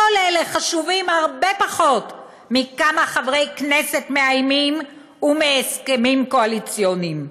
כל אלה חשובים הרבה פחות מכמה חברי כנסת מאיימים ומהסכמים קואליציוניים.